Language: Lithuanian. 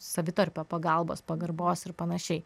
savitarpio pagalbos pagarbos ir panašiai